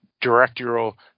directorial